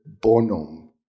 bonum